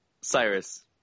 Cyrus